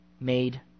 made